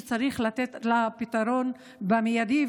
שצריך לתת לה פתרון מיידי,